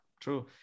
true